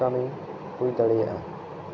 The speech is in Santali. ᱠᱟᱹᱢᱤ ᱦᱩᱭ ᱫᱟᱲᱮᱭᱟᱜ ᱟ